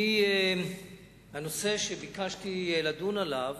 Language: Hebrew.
הנושא שביקשתי לדון עליו